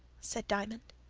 said diamond.